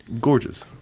Gorgeous